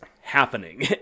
happening